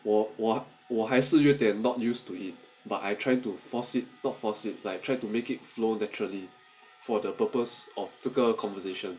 我和我还是有点 not used to it but I try to force it to force it like try to make it flow naturally for the purpose of 这个 conversation